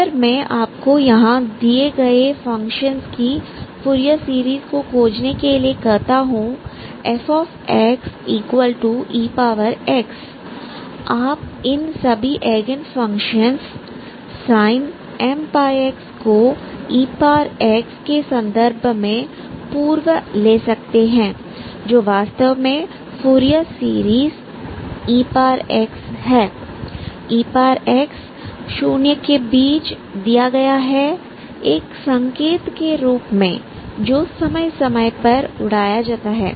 अगर मैं आपको यहां दिए गए फंक्शन की फूरियर सीरीज़ को खोजने के लिए कहता हूं fxex आप इन सभी एगेन फंक्शंस sin⁡mπx को ex के संदर्भ में पूर्व ले सकते हैं जो वास्तव में फूरियर सीरीज़ ex हैं exशून्य के बीच दिया गया है एक संकेत के रूप में जो समय समय पर उड़ाया जाता है